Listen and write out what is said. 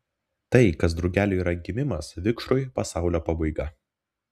tai kas drugeliui yra gimimas vikšrui pasaulio pabaiga